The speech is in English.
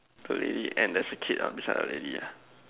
the lady and there's a kid lah beside the lady